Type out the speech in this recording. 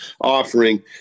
offering